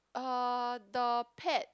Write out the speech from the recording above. uh the pet